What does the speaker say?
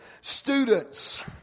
students